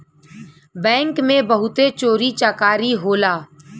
bank में बहुते चोरी चकारी होला